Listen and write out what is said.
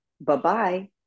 bye-bye